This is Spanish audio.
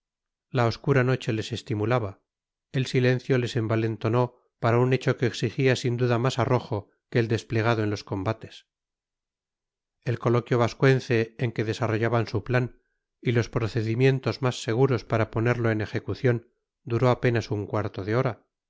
la obscura noche les estimulaba el silencio les envalentonó para un hecho que exigía sin duda más arrojo que el desplegado en los combates el coloquio vascuence en que desarrollaron su plan y los procedimientos más seguros para ponerlo en ejecución duró apenas un cuarto de hora